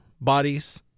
bodies